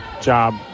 job